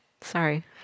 Sorry